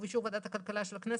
ובאישור ועדת הכלכלה של הכנסת,